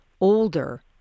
older